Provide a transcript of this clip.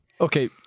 Okay